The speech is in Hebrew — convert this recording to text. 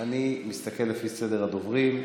אינו נוכח אלי כהן,